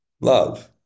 love